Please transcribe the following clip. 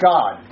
God